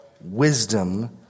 wisdom